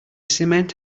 cement